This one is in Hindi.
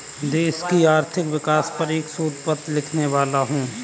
देश की आर्थिक विकास पर मैं एक शोध पत्र लिखने वाला हूँ